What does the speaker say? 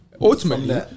ultimately